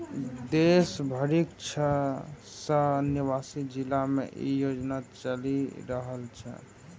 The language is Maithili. देश भरिक छह सय नवासी जिला मे ई योजना चलि रहल छै